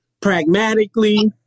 pragmatically